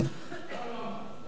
לא נכון.